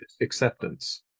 acceptance